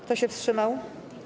Kto się wstrzymał?